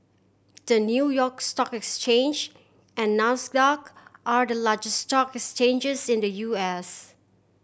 the New York Stock Exchange and Nasdaq are the largest stock exchanges in the U S